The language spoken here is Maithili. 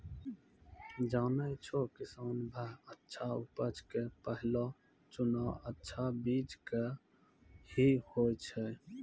जानै छौ किसान भाय अच्छा उपज के पहलो चुनाव अच्छा बीज के हीं होय छै